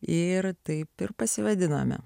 ir taip pasivadinome